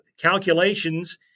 calculations